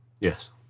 Yes